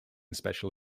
special